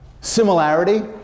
Similarity